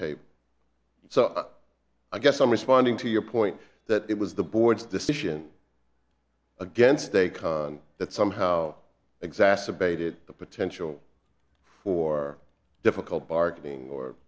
table so i guess i'm responding to your point that it was the board's decision against a con that somehow exacerbated the potential for difficult bargaining or